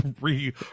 re